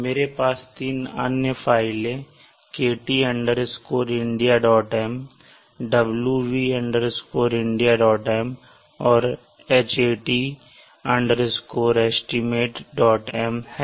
मेरे पास तीन अन्य फाइलें kt Indiam wv Indiam और hat estimatem हैं